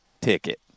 ticket